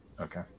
Okay